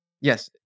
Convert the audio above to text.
Yes